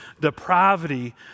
depravity